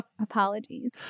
Apologies